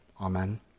Amen